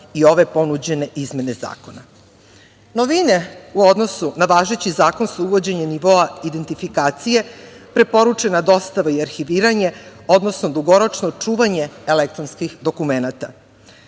i ove ponuđene izmene zakona. Novine u odnosu na važeći zakon su uvođenje nivoa identifikacije, preporučena dostava i arhiviranje, odnosno dugoročno čuvanje elektronskih dokumenata. Značaj